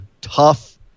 tough